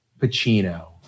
Pacino